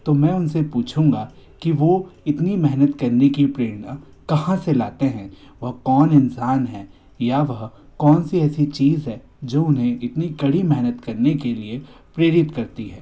तो मैं उनसे पूछूँगा कि वो इतनी मेहनत करने की प्रेरणा कहाँ से लाते हैं व कौन इंसान है या वह कौन सी ऐसी चीज है जो उन्हें इतनी कड़ी मेहनत करने के लिए प्रेरित करती है